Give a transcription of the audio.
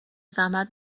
زحمت